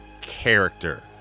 character